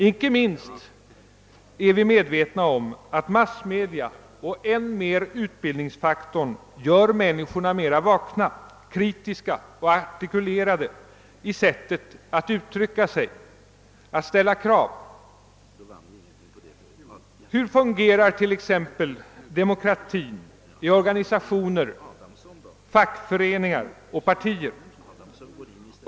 Inte minst är vi medvetna om att massmedia och än mer utbildningsfaktorn gör människorna mera vakna, kritiska och artikulerade i sättet att uttrycka sig, att ställa krav. Hur fungerar t.ex. demokratin i organisationer, fackföreningar och partier?